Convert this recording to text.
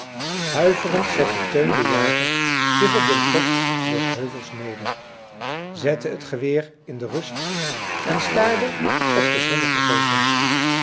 huiverend zette teun de jager zich op den top des heuvels neder zette het geweer in de rust en staarde op de zonnige golven